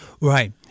Right